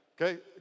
okay